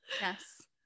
Yes